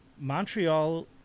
Montreal